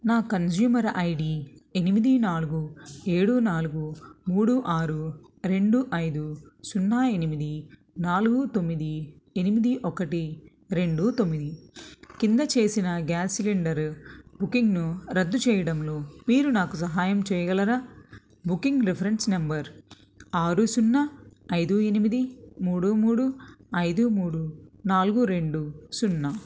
నా consumer I D ఎనిమిది నాలుగు ఏడు నాలుగు మూడు ఆరు రెండు ఐదు సున్నా ఎనిమిది నాలుగు తొమ్మిది ఎనిమిది ఒకటి రెండు తొమ్మిది కింద చేసిన గ్యాస్ సిలిండరు బుకింగ్ను రద్దు చేయడంలో మీరు నాకు సహాయం చేయగలరా బుకింగ్ రిఫరెన్స్ నంబర్ ఆరు సున్నా ఐదు ఎనిమిది మూడు మూడు ఐదు మూడు నాలుగు రెండు సున్నా